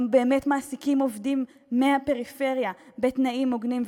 באמת מעסיקים עובדים מהפריפריה בתנאים הוגנים,